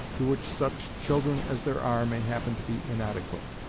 to which such children as there are may happen to be inadequate.